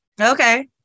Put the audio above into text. Okay